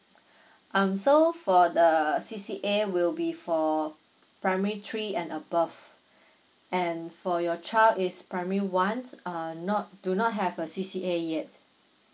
um so for the C_C_A will be for primary three and above and for your child is primary one uh not do not have a C_C_A yet